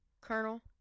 colonel